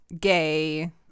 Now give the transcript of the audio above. gay